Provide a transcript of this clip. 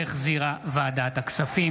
שהחזירה ועדת הכספים.